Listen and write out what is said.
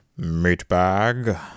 meatbag